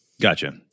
Gotcha